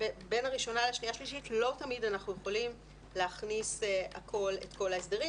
שבין הראשונה לשנייה-שלישית לא תמיד אנחנו יכולים להכניס את כל ההסדרים,